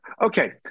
Okay